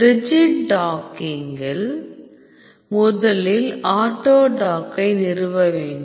rigid டாக்கிங்கில் முதலில் ஆட்டோடாக்கை நிறுவ வேண்டும்